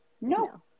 No